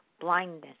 Blindness